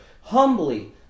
humbly